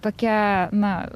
tokia na